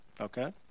okay